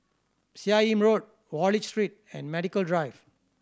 Seah Im Road Wallich Street and Medical Drive